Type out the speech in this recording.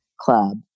club